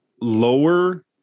lower